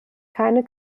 keine